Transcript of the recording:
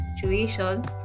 situations